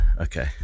Okay